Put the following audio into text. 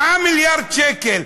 7 מיליארד שקל,